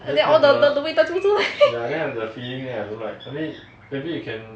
then all the 味道就出来